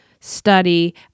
study